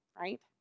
right